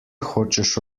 hočeš